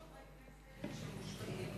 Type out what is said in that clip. יש חברי כנסת שמושפעים